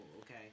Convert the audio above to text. okay